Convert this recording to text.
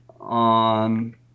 on